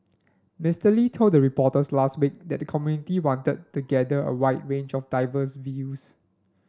Mister Lee told the reporters last week that the committee wanted to gather a wide range of diverse views